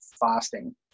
fasting